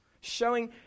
showing